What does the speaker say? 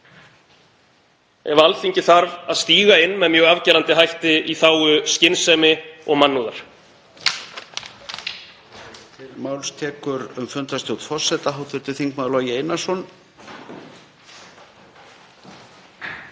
ef Alþingi þarf að stíga inn með mjög afgerandi hætti í þágu skynsemi og mannúðar.